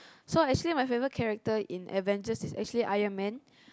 so actually my favourite character in Avengers is actually Iron-man